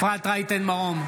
בעד אפרת רייטן מרום,